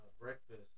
breakfast